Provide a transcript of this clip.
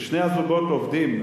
ששני בני-הזוג עובדים,